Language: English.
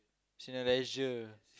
Cineleisure